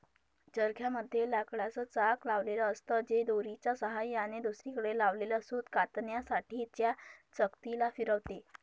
चरख्या मध्ये लाकडाच चाक लावलेल असत, जे दोरीच्या सहाय्याने दुसरीकडे लावलेल सूत कातण्यासाठी च्या चकती ला फिरवते